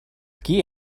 qui